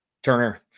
Turner